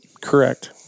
Correct